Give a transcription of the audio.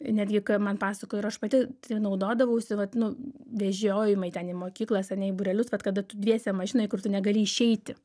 netgi ką man pasakojo aš pati tai naudodavausi vat nu vežiojimai ten į mokyklas ar ne į burelius vat kada tu dviese mašinoj kur tu negali išeiti